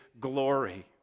glory